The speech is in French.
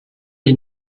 ils